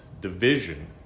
division